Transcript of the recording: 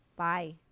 Bye